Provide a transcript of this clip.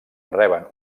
reben